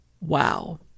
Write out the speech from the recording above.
wow